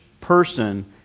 person